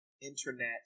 internet